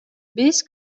биз